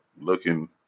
looking